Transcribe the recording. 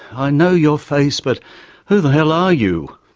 i know your face but who the hell are you?